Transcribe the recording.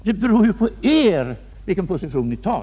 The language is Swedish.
Det beror på er, vilken position ni intar.